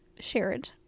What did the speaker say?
shared